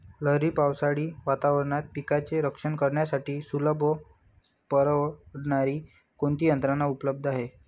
लहरी पावसाळी वातावरणात पिकांचे रक्षण करण्यासाठी सुलभ व परवडणारी कोणती यंत्रणा उपलब्ध आहे?